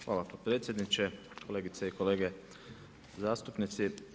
Hvala potpredsjedniče, kolegice i kolege zastupnici.